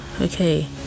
okay